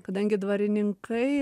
kadangi dvarininkai